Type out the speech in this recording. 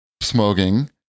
smoking